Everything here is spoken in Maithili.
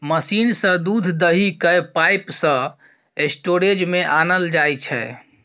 मशीन सँ दुध दुहि कए पाइप सँ स्टोरेज मे आनल जाइ छै